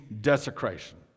desecration